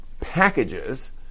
packages